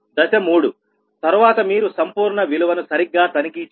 దశ 3తర్వాత మీరు సంపూర్ణ విలువను సరిగ్గా తనిఖీ చేయాలి